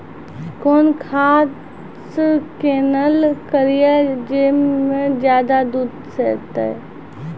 कौन घास किनैल करिए ज मे ज्यादा दूध सेते?